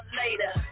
later